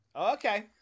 Okay